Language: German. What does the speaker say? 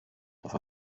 dass